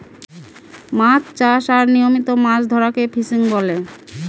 মাছ চাষ আর নিয়মিত মাছ ধরাকে ফিসিং বলে